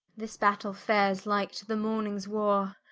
this battell fares like to the mornings warre,